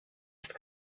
ist